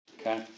Okay